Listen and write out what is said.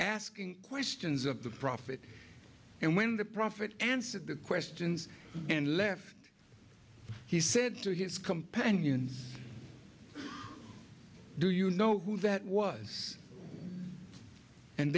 asking questions of the prophet and when the prophet answered the questions and left he said to his companions do you know who that was and